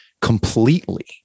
completely